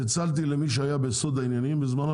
אני צלצלתי למי שהיה בסוד העניינים בזמנו,